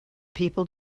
people